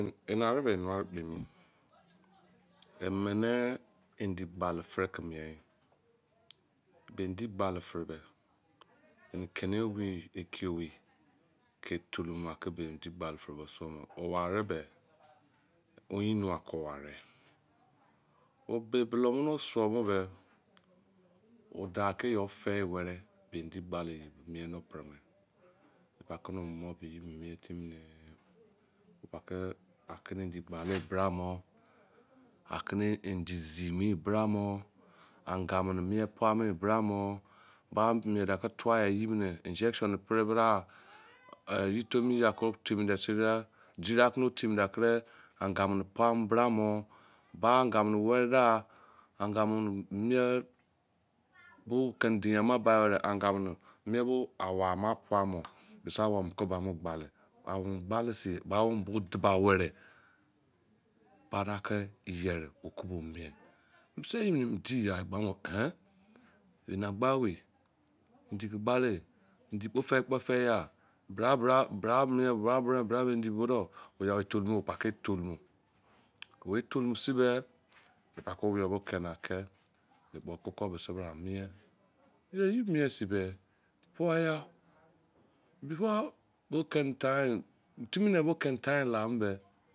Ena ari be eniwarikpoemi emene endi gbali fere ke miei beh endi gbali fere beh eni kem ebi ekiye owei ke tolumo ake be endi gbali fere be osuo me, owari beh oyinnua ko owari ogbo balou bene osuo mo beh odau ke eyou fei weribiendi gbali yi be mie no pre me. Epaki no omono bie eyimine mie tumi neh opake akine endi gbalei bra mini mo akine endi gnalei bra mini mo akine endi zimo bra mini mo anga miin mie puai bra moh ba mie de ke tuai eyini injection peri bin eyi temiyi ake o tenin de ke diri ake otemi de keh anga mini pua mi bra mou bah anga mini weri mi bra mo anga mini mie bo keni deri ama bai weri anga mini mei bo awou ama pua mo bise awiu mini ke ba mu gbali awou mini gbali sin ba awou mini bo duba weri banake yeri okuba mie. Bise eyimini emu di ya egbamu ehn ene agba owei endike gbaliei endi kpo fei kpo fei agh bira mie bira mie bo endi bonduo oya etolumu oh opake etolumo wei etolomo sin beh epake owiyoni be keni ake ekpo kuko bise bira mie ye eni mie sin beh before bo keni rime time bo keni time la mimi beh